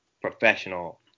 professional